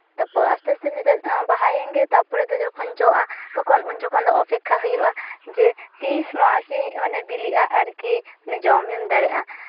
ᱛᱟᱨᱯᱚᱨ ᱟᱥᱛᱮ ᱟᱥᱛᱮ ᱛᱮ ᱵᱟᱦᱟᱭᱮᱱᱜᱮ ᱛᱟᱨᱯᱚᱨᱮ ᱡᱚᱠᱷᱚᱱ ᱡᱚᱜᱼᱟ ᱛᱚᱠᱷᱚᱱ ᱩᱱ ᱡᱚᱠᱷᱚᱱ ᱫᱚ ᱚᱯᱮᱠᱠᱷᱟ ᱦᱩᱭᱩᱜᱼᱟ ᱡᱮ ᱛᱤᱥ ᱱᱚᱣᱟ ᱡᱮᱧ ᱵᱤᱞᱤᱜ ᱟᱨᱠᱤ ᱢᱟᱱᱮ ᱡᱚᱢᱤᱧ ᱫᱟᱲᱮᱜᱼᱟ